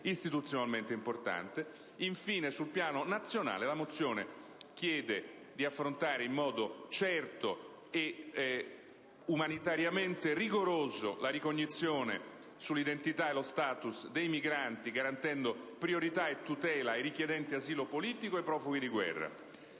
istituzionalmente importante. Infine, sul piano nazionale, la mozione chiede di affrontare in modo certo e rigoroso dal punto di vista umanitario la ricognizione dell'identità e dello *status* dei migranti, garantendo priorità e tutela ai richiedenti asilo politico e ai profughi di guerra;